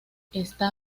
está